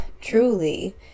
truly